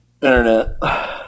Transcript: internet